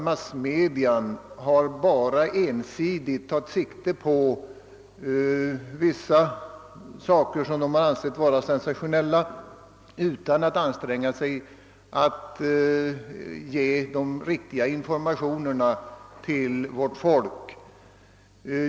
Massmedia har nämligen ensidigt tagit sikte på vissa saker, som de har ansett vara sensationella, utan att anstränga sig att ge de riktiga informationerna till vårt folk.